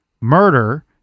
murder